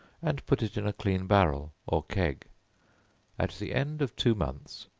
and put it in a clean barrel, or keg at the end of two months,